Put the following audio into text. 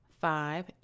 Five